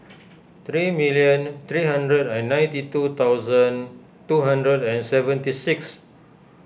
three million three hundred and ninety two thousand two hundred and seventy six